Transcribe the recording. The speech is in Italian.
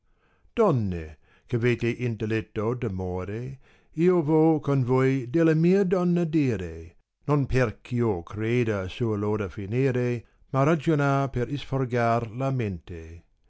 isonne eh avete intelletto d'amore io vo con voi della mia donna dire non perch io creda saa loda finire ma ragionar per isfogar la mtnteu